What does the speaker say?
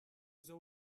the